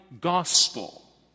gospel